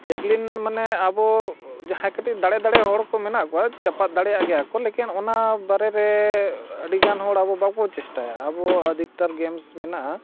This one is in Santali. ᱡᱮᱵᱽᱞᱤᱱ ᱢᱟᱱᱮ ᱟᱵᱚ ᱡᱟᱦᱟᱸᱭ ᱠᱟᱹᱴᱤᱡ ᱫᱟᱲᱮ ᱫᱟᱲᱮ ᱦᱚᱲ ᱠᱚ ᱢᱮᱱᱟᱜ ᱠᱚᱣᱟ ᱪᱟᱯᱟᱫ ᱫᱟᱲᱮᱭᱟᱜ ᱜᱮᱭᱟ ᱠᱚ ᱞᱮᱠᱤᱱ ᱚᱱᱟ ᱵᱟᱨᱮ ᱨᱮ ᱟᱹᱰᱤ ᱜᱟᱱ ᱦᱚᱲ ᱟᱵᱚ ᱵᱟᱵᱚᱱ ᱪᱮᱥᱴᱟᱭᱟ ᱟᱵᱚ ᱚᱫᱷᱤᱠᱚᱛᱚᱨ ᱜᱮᱢᱥ ᱢᱮᱱᱟᱜᱼᱟ